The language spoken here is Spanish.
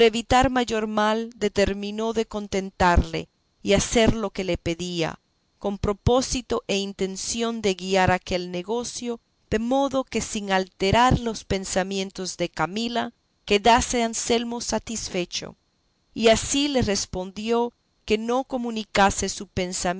evitar mayor mal determinó de contentarle y hacer lo que le pedía con propósito e intención de guiar aquel negocio de modo que sin alterar los pensamientos de camila quedase anselmo satisfecho y así le respondió que no comunicase su